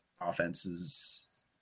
offenses